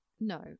No